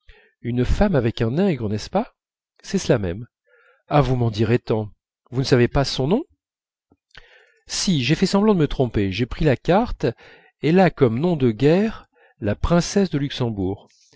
une femme avec un nègre n'est-ce pas c'est cela même ah vous m'en direz tant vous ne savez pas son nom si j'ai fait semblant de me tromper j'ai pris la carte elle a comme nom de guerre la princesse de luxembourg